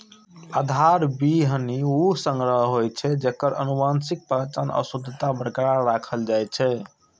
आधार बीहनि ऊ संग्रह होइ छै, जेकर आनुवंशिक पहचान आ शुद्धता बरकरार राखल जाइ छै